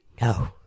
No